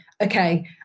okay